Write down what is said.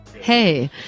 Hey